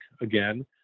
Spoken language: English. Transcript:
again